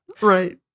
right